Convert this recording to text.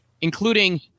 including